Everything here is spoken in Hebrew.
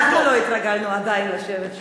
אנחנו לא התרגלנו עדיין לשבת שם.